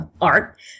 art